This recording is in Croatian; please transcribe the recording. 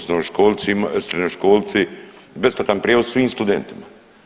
Srednjoškolci besplatan prijevoz svim studentima.